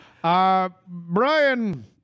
Brian